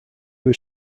was